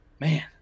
man